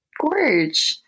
Gorge